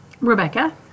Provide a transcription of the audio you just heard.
Rebecca